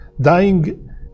dying